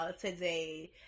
today